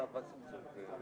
יש פקחים שמסתובבים ומפקחים.